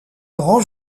grand